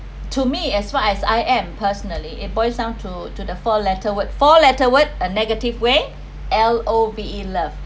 to me as far as I am personally it voice down to to the four letter what four letter word a negative way L O V E love